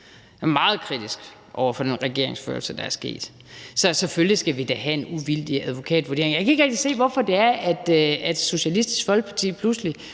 er meget kritisk over for den regeringsførelse, der har været. Så selvfølgelig skal vi da have en uvildig advokatvurdering, og jeg kan ikke rigtig se, hvorfor det er, at Socialistisk Folkeparti pludselig